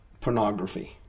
pornography